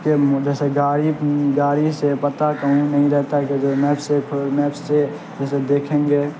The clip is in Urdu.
کہ جیسے گاڑی گاڑی سے پتہ کہوں نہیں رہتا ہے کہ جو میپ سے میپ سے جیسے دیکھیں گے